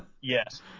yes